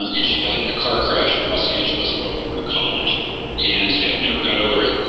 um and she died in a car crash in los angeles while they were in college and she had never got over it.